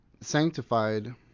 sanctified